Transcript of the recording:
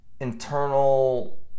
internal